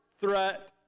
threat